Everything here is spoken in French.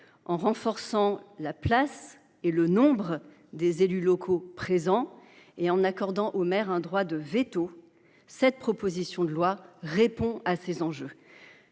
en renforçant la place et le nombre des élus locaux qui y siègent et en accordant au maire un droit de veto, cette proposition de loi répond à ces enjeux.